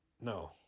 no